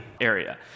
area